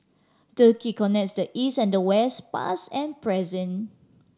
turkey connects the East and the West past and present